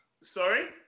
Sorry